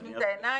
עוצמים את העיניים?